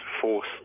force